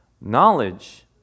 Knowledge